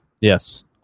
Yes